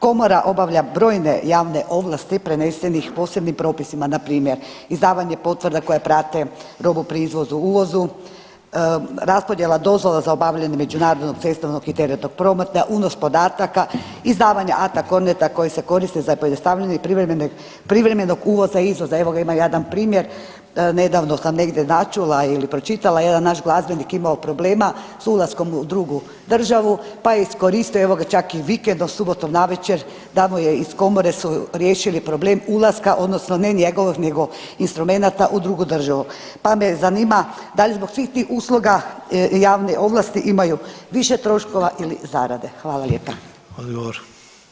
Komora obavlja brojne javne ovlastih prenesenih posebnim propisima npr. izdavanje potvrda koje prate robu pri izvozu-uvozu, raspodjela dozvola za obavljanje međunarodnog cestovnog i teretnog prometa, unos podataka, izdavanje … koji se koriste za pojednostavljenje i privremenog uvoza-izvoza evo ima jedan primjer, nedavno sam negdje načula ili pročitala jedan je naš glazbenik imao problema s ulaskom u drugu državu pa je iskoristio evo ga čak i vikendom subotom navečer da mu je iz komore su riješili problem ulaska odnosno ne njegovog nego instrumenata u drugu državu, pa me zanima da li zbog svih tih usluga javne ovlasti imaju vi imaju više troškova ili zarade.